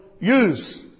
use